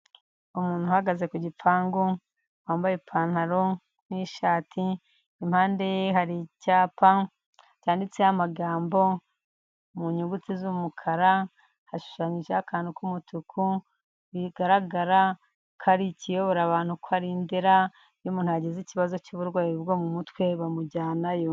Umuntu uhagaze ku gipangu, wambaye ipantaro n'ishati, impande ye hari icyapa cyanditseho amagambo mu nyuguti z'umukara, hashushanyijeho akantu k'umutuku, bigaragara ko ari ikiyobora abantu, ko ari i Ndera, iyo umuntu yagize ikibazo cy'uburwayi bwo mu mutwe, bamujyanayo.